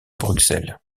bruxelles